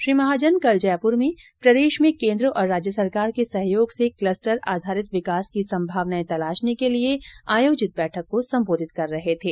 श्री महाजन कल जयपुर में प्रदेश में केन्द्र और राज्य सरकार के सहयोग से क्लस्टर आधारित विकास की संभावनाए तलाशने के लिए आयोजित बैठक को संबोधित कर रहे थे